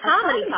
comedy